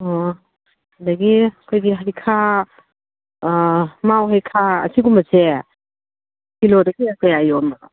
ꯑꯣ ꯑꯗꯒꯤ ꯑꯩꯈꯣꯏꯒꯤ ꯍꯩꯈꯥ ꯃꯥꯎ ꯍꯩꯈꯥ ꯑꯁꯤꯒꯨꯝꯕꯁꯦ ꯀꯤꯂꯣꯗ ꯀꯌꯥ ꯀꯌꯥ ꯌꯣꯟꯕꯅꯣ